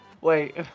Wait